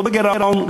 לא בגירעון,